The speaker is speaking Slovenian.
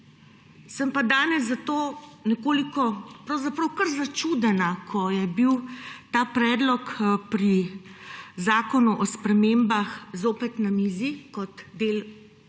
Sem pa danes zato nekoliko začudena, ko je bil ta predlog pri zakonu o spremembah zopet na mizi kot del koalicije,